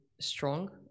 strong